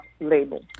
label